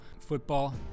football